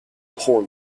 poor